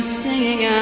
singing